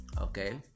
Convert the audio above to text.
okay